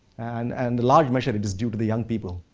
and and the large measure it is due to the young people,